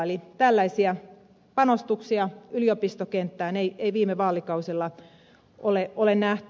eli tällaisia panostuksia yliopistokenttään ei viime vaalikausilla ole nähty